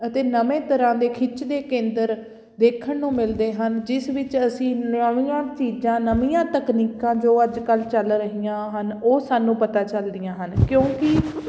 ਅਤੇ ਨਵੇਂ ਤਰ੍ਹਾਂ ਦੇ ਖਿੱਚ ਦੇ ਕੇਂਦਰ ਦੇਖਣ ਨੂੰ ਮਿਲਦੇ ਹਨ ਜਿਸ ਵਿੱਚ ਅਸੀਂ ਨਵੀਆਂ ਚੀਜ਼ਾਂ ਨਵੀਆਂ ਤਕਨੀਕਾਂ ਜੋ ਅੱਜ ਕੱਲ੍ਹ ਚੱਲ ਰਹੀਆਂ ਹਨ ਉਹ ਸਾਨੂੰ ਪਤਾ ਚੱਲਦੀਆਂ ਹਨ ਕਿਉਂਕਿ